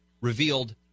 revealed